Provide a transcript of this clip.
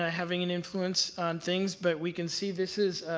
ah having an influence on things, but we can see this is,